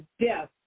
death